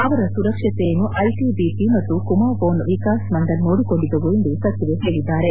ಅವರ ಸುರಕ್ಷತೆಯನ್ನು ಐಟಬಿಪಿ ಮತ್ತು ಕುಮಾವೋನ್ ವಿಕಾಸ್ ಮಂಡಲ್ ನೋಡಿಕೊಂಡಿದ್ದವು ಎಂದು ಸಚಿವೆ ತಿಳಿಸಿದ್ದಾರೆ